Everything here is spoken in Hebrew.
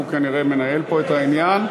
הוא כנראה מנהל פה את העניין.